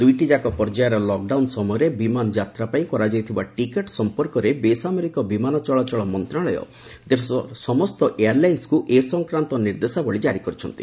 ଦୁଇଟିଯାକ ପର୍ଯ୍ୟାୟର ଲକ୍ଡାଉନ ସମୟରେ ବିମାନ ଯାତ୍ରା ପାଇଁ କରାଯାଇଥିବା ଟିକେଟ୍ ସମ୍ପର୍କରେ ବେସାମରିକ ବିମାନ ଚଳାଚଳ ମନ୍ତ୍ରଣାଳୟ ଦେଶର ସମସ୍ତ ଏୟାରଲାଇନ୍ନକୁ ଏ ସଂକ୍ରାନ୍ତ ନିର୍ଦ୍ଦେଶାବଳୀ ଜାରି କରିଛି